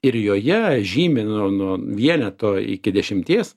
ir joje žymi nuo nuo vieneto iki dešimties